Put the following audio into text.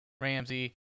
Ramsey